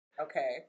Okay